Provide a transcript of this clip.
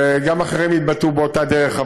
וגם אחרים התבטאו באותה דרך.